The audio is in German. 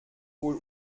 wohl